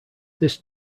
this